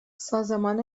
سازمان